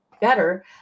better